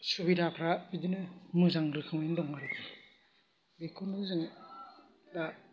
सुबिदाफ्रा बिदिनो मोजां रोखोमैनो दं बेखौनो जों